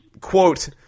Quote